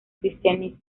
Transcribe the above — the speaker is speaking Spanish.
cristianismo